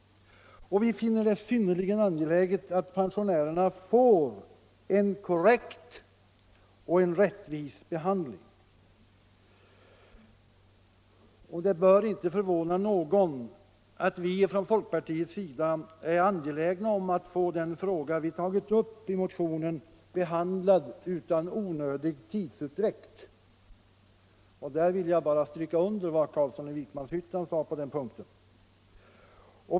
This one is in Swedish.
Vi finner det synnerligen önskvärt att pensionärerna får en korrekt och rättvis behandling. Det bör inte förvåna någon att vi från folkpartiets sida är angelägna om att få den fråga som vi tagit upp i motionen behandlad utan onödig tidsutdräkt. Jag vill stryka under vad herr Carlsson i Vikmanshyttan sade på den punkten.